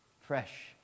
Fresh